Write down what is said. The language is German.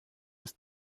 ist